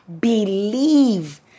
believe